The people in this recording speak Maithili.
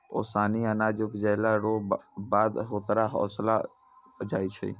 ओसानी अनाज उपजैला रो बाद होकरा ओसैलो जाय छै